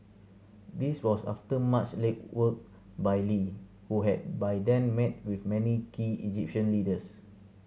this was after much legwork by Lee who had by then met with many key Egyptian leaders